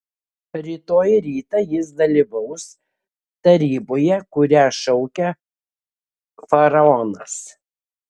rytoj rytą jis dalyvaus taryboje kurią šaukia faraonas